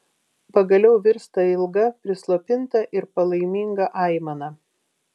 pagaliau virsta ilga prislopinta ir palaiminga aimana